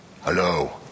Hello